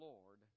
Lord